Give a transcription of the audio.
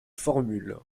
formules